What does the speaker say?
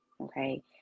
Okay